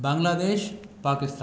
Bangladesh Pakistan